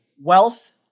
wealth